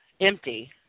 empty